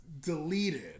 deleted